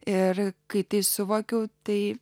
ir kai tik suvokiau tai